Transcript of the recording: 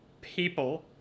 people